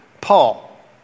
Paul